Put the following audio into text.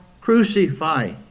crucify